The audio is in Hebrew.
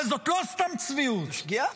אבל זאת לא סתם צביעות -- שגיאה.